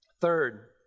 Third